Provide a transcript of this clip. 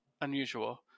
unusual